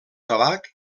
tabac